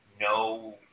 no